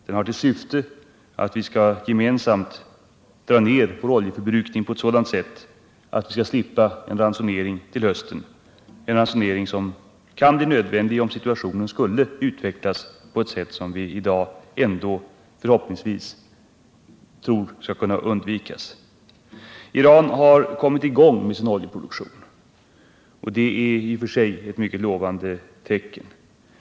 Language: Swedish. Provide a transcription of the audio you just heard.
Den har till syfte att vi gemensamt skall dra ned vår oljeförbrukning så att vi skall slippa en ransonering till hösten, en ransonering som kan bli nödvändig om situationen skulle utvecklas på ett sätt som vi i dag ändå hoppas skall kunna undvikas. Iran har kommit i gång med sin oljeproduktion. Det är i och för sig ett mycket lovande tecken.